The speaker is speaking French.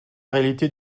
réalité